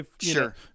Sure